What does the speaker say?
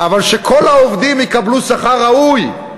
אבל שכל העובדים יקבלו שכר ראוי.